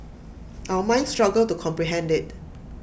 our minds struggle to comprehend IT